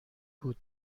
بود